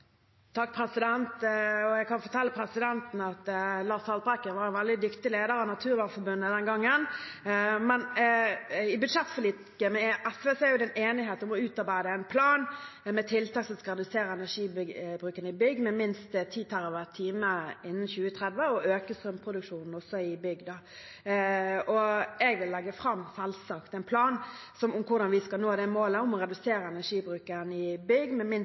Jeg kan fortelle presidenten at Lars Haltbrekken var en veldig dyktig leder av Naturvernforbundet den gangen. I budsjettforliket med SV er det en enighet om å utarbeide en plan med tiltak som skal redusere energibruken i bygg med minst 10 TWh innen 2030 og også øke strømproduksjonen i bygg. Jeg vil selvsagt legge fram en plan for hvordan vi skal nå det målet. Planen vil jeg legge fram i forbindelse med